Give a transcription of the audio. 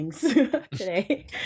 today